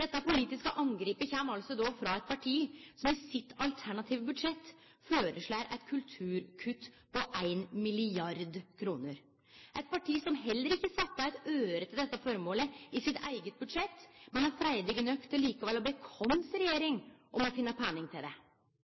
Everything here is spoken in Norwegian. Dette politiske angrepet kjem altså frå eit parti som i sitt alternative budsjett føreslår eit kulturkutt på 1 mrd. kr, eit parti som heller ikkje har sett av eitt øre til dette formålet i sitt eige budsjett, men likevel er freidig nok til å be vår regjering finne pengar til det.